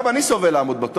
גם אני סובל בלעמוד בתור.